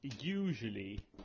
usually